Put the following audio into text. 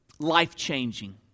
life-changing